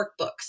workbooks